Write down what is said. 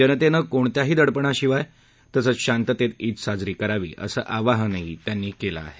जनतेनं कोणत्याही दडपणाशिवाय तसंच शांततेत ईद साजरी करावी असं आवाहनही त्यांनी केलं आहे